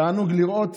תענוג לראות